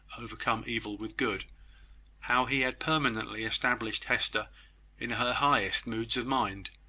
overcome evil with good how he had permanently established hester in her highest moods of mind,